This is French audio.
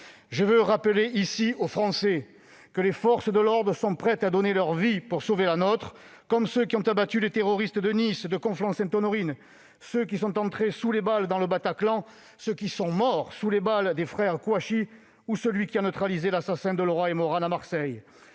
Je veux rappeler ici aux Français que les forces de l'ordre sont prêtes à donner leur vie pour sauver la nôtre, comme les hommes qui ont abattu les terroristes de Nice et de Conflans-Sainte-Honorine, comme ceux qui sont entrés sous les balles dans le Bataclan, comme ceux qui sont morts sous les balles des frères Kouachi ou comme celui qui a neutralisé l'assassin de Laura et Mauranne à Marseille.